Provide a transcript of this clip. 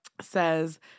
says